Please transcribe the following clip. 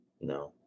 No